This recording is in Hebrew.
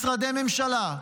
משרדי ממשלה,